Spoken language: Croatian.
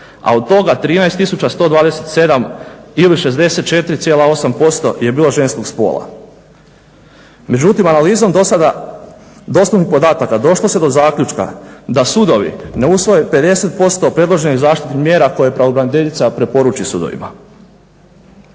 a od toga 13 tisuća 127 ili 64,8% je bilo ženskog spola. Međutim analizom do sada dostupnih podataka došlo se do zaključka da sudovi ne usvoje 50% predloženih zaštitnih mjera koje pravobraniteljica preporuči sudovima.